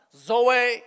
zoe